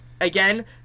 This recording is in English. Again